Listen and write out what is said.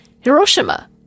Hiroshima